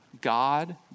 God